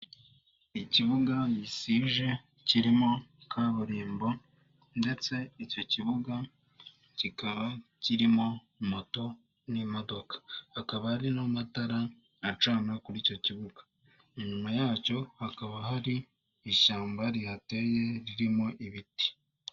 Ikibuga gisije kirimo kaburimbo ndetse icyo kibuga kikaba kirimo moto n'imodoka, hakaba hari n'amatara acana kuri icyo kibuga, inyuma yacyo hakaba hari ishyamba rihateye ririmo ibiti.